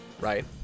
Right